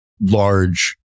large